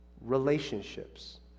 relationships